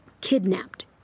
kidnapped